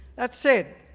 that said,